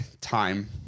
time